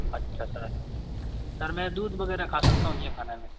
अच्छा sir sir मैं दूध वगैरह खा सकता हूँ क्या खाने में